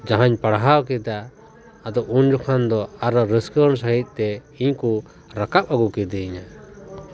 ᱡᱟᱦᱟᱧ ᱯᱟᱲᱦᱟᱣ ᱠᱮᱫᱟ ᱟᱫᱚ ᱩᱱ ᱡᱚᱠᱷᱟᱱ ᱫᱚ ᱟᱨᱚ ᱨᱟᱹᱥᱠᱟᱹᱣᱟᱱ ᱥᱟᱺᱦᱤᱡ ᱛᱮ ᱤᱧᱠᱚ ᱨᱟᱠᱟᱵ ᱟᱹᱜᱩ ᱠᱤᱫᱤᱧᱟ